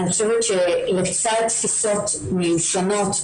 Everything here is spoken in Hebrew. אני חושבת שלצד תפיסות מיושנות,